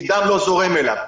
כי דם לא זורים אליו.